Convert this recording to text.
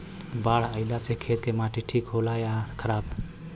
बाढ़ अईला से खेत के माटी ठीक होला या खराब?